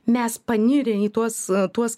mes panirę į tuos tuos